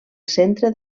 centre